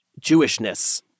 Jewishness